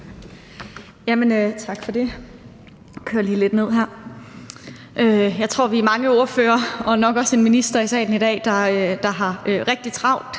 Tak for det. Jeg tror, vi er mange ordførere og nok også en minister i salen i dag, der har rigtig travlt